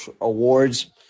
awards